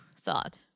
thought